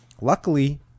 luckily